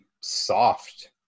soft